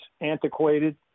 antiquated